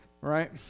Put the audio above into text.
right